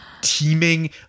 teeming